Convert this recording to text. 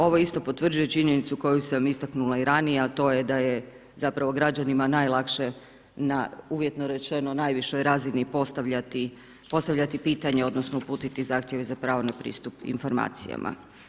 Ovo isto potvrđuje činjenicu koju sam istaknula i ranije, a to je da je zapravo građanima najlakše na uvjetno rečeno, najvišoj razini postavljati pitanje odnosno uputiti zahtjev za pravo na pristup informacijama.